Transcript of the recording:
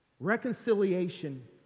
Reconciliation